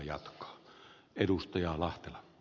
herra puhemies